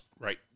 Right